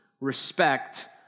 respect